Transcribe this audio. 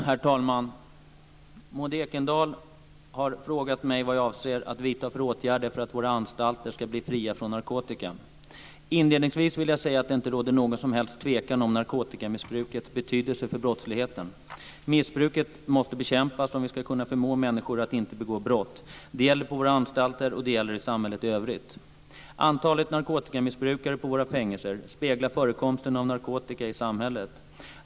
Herr talman! Maud Ekendahl har frågat mig vad jag avser att vidta för åtgärder för att våra anstalter ska bli fria från narkotika. Inledningsvis vill jag säga att det inte råder någon som helst tvekan om narkotikamissbrukets betydelse för brottsligheten. Missbruket måste bekämpas om vi ska kunna förmå människor att inte begå brott. Det gäller på våra anstalter och det gäller i samhället i övrigt. Antalet narkotikamissbrukare på våra fängelser speglar förekomsten av narkotika i samhället.